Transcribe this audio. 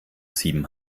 sieben